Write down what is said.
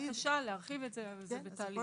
יש בקשה להרחיב את זה, זה תהליך.